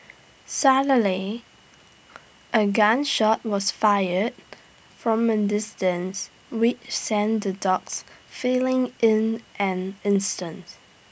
suddenly A gun shot was fired from A distance which sent the dogs fleeing in an instant